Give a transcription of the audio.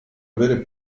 avere